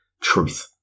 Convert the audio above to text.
truth